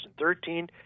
2013